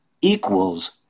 equals